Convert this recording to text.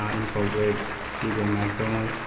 ah incorporate dba mac donalds